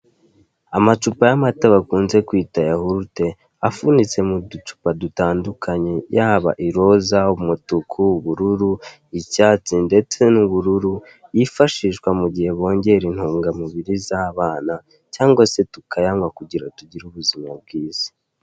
Amacupa y'amata bakunze kwita yahurute afunitse mu ducupa dutandukanye yaba iroza, umutuku, ubururu, icyatsi ndetse n'ubururu yifashishwa mu gihe bongera intungamubiri z'abana cyangwa se tukayanywa kugira tugire ubuzima bwiza.